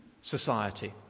society